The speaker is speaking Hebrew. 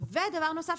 ודבר נוסף,